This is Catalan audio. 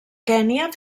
kenya